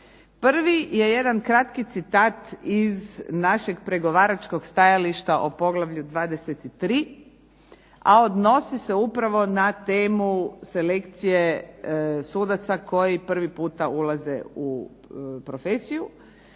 Prvi je jedan kratki citat iz našeg pregovaračkog stajališta o Poglavlju 23. a odnosi se upravo na temu selekcije sudaca koji prvi puta ulaze u profesiju,